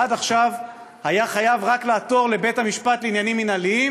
עד עכשיו היה חייב רק לעתור לבית-המשפט לעניינים מינהליים,